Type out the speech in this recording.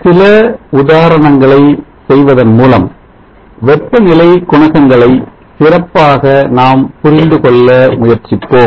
சில உதாரணங்களை செய்வதன் மூலம் வெப்பநிலை குணகங்களை சிறப்பாக நாம் புரிந்து கொள்ள முயற்சிப்போம்